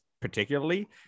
particularly